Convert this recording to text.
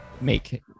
make